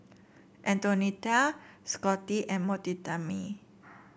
Antonetta Scotty and Mortimer